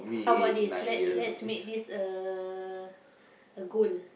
how about this let's let's make this a a goal